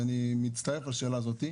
ואני מצטרף לשאלה הזאת,